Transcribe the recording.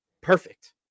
perfect